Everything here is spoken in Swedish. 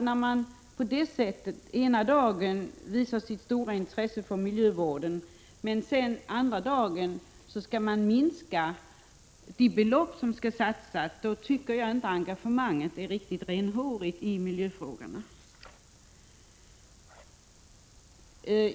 När man den ena dagen visar sitt stora intresse för miljövården och den andra dagen vill minska de belopp som skall satsas, tycker jag att engagemanget i miljöfrågorna inte är riktig renhårigt.